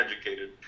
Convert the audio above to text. educated